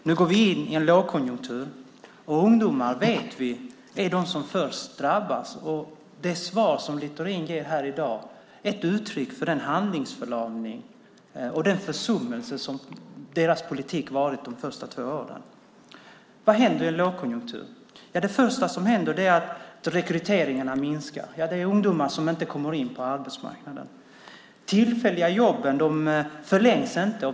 Nu går vi in i en lågkonjunktur, och vi vet att ungdomar är de som först drabbas. Det svar som Littorin ger här i dag är ett uttryck för den handlingsförlamning och den försummelse som deras politik har varit de första två åren. Vad händer i en lågkonjunktur? Det första som händer är att rekryteringarna minskar. Det är ungdomar som inte kommer in på arbetsmarknaden. De tillfälliga jobben förlängs inte.